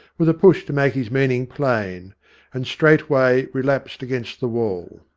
with a push to make his meaning plain and straightway relapsed against the wall.